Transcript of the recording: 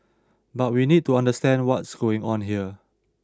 but we need to understand what's going on here